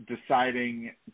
deciding